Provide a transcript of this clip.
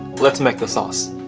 let's make the sauce.